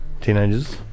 teenagers